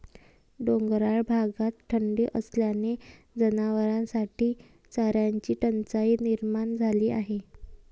डोंगराळ भागात थंडी असल्याने जनावरांसाठी चाऱ्याची टंचाई निर्माण झाली आहे